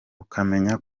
ukamenya